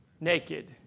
naked